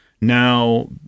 now